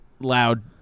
loud